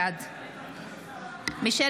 בעד מישל